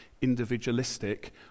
individualistic